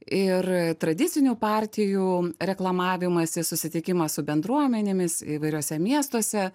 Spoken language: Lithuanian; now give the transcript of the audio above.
ir tradicinių partijų reklamavimasis susitikimas su bendruomenėmis įvairiuose miestuose